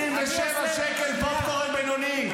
27 שקל פופקורן בינוני.